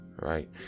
right